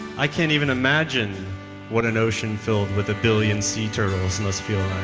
i can't even imagine what an ocean filled with a billion sea turtles must feel